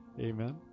Amen